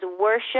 worship